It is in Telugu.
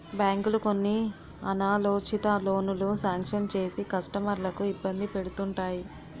బ్యాంకులు కొన్ని అనాలోచిత లోనులు శాంక్షన్ చేసి కస్టమర్లను ఇబ్బంది పెడుతుంటాయి